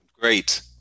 Great